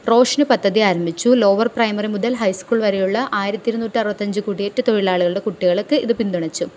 പദ്ധതി ആരംഭിച്ചു lower primary മുതൽ ഹൈ സ്കൂൾ വരെയുള്ള ആയിരത്തി ഇരുന്നൂറ്റി അറുപത്തിയഞ്ച് കുടിയേറ്റ തൊഴിലാളികളുടെ കുട്ടികള്ക്ക് ഇത് പിന്തുണച്ചു